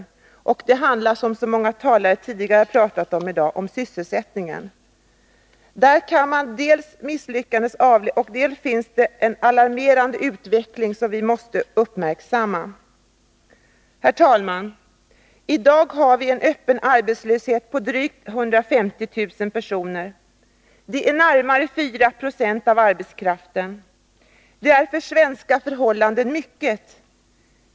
Det handlar om sysselsättningen, som så många talare har pratat om tidigare i dag. Dels kan misslyckandena avläsas där, dels finns där en alarmerande utveckling, som vi måste uppmärksamma. Herr talman! I dag har vi en öppen arbetslöshet som omfattar drygt 150 000 personer. Det är närmare 4 96 av arbetskraften. Det är mycket för svenska förhållanden.